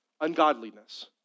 ungodliness